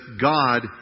God